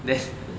then